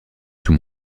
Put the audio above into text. tout